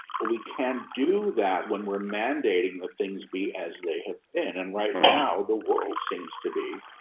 but we can do that when we're mandating the things be as they have been. and right now the world seems to be